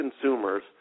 consumers